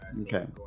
Okay